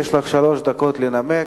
יש לך שלוש דקות לנמק,